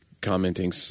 commenting